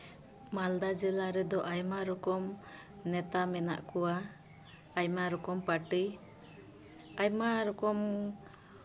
ᱢᱟᱞᱫᱟ ᱡᱮᱞᱟ ᱨᱮᱫᱚ ᱟᱭᱢᱟ ᱨᱚᱠᱚᱢ ᱱᱮᱛᱟ ᱢᱮᱱᱟᱜ ᱠᱚᱣᱟ ᱟᱭᱢᱟ ᱨᱚᱠᱚᱢ ᱯᱟᱨᱴᱤ ᱟᱭᱢᱟ ᱨᱚᱠᱚᱢ